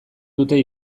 dute